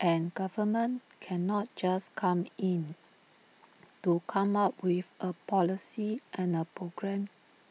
and government cannot just come in to come up with A policy and A program